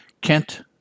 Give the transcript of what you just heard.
Kent